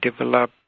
develop